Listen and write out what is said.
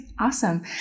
Awesome